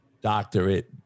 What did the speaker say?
doctorate